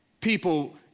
people